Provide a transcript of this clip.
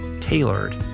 tailored